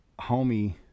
homie